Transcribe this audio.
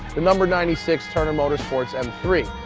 the number ninety six turner motorsports m three.